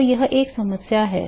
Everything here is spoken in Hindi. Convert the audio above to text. तो यह एक समस्या है